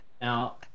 Now